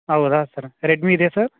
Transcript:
ಹೌದಾ sir Redmi ಇದೆಯಾ sir